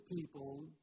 people